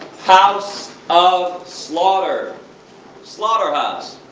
house. of. slaughter slaughterhouse.